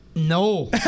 No